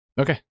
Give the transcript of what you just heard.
Okay